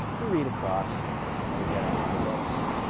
we read across and we get our end results.